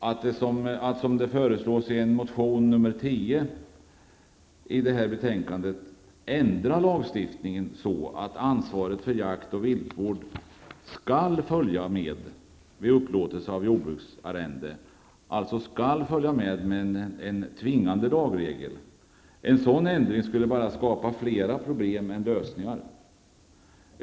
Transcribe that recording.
Att som föreslås i motion Jo10, som behandlas i betänkandet, ändra lagstiftningen så att ansvaret för jakt och viltvård skall följa med vid upplåtelse av jordbruksarrende, dvs. en tvingande lagregel, skulle bara skapa fler problem än lösningar.